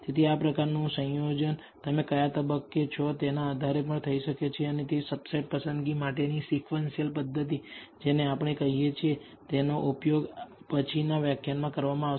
તેથી આ પ્રકારનું સંયોજન તમે કયા તબક્કે છો તેના આધારે થઈ શકે છે અને તે સબસેટ પસંદગી માટેની સિકવન્સીઅલ પદ્ધતિ જેને આપણે કહીએ છીએ તેનો ઉપયોગ પછીના વ્યાખ્યાનમાં કરવામાં આવશે